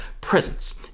presence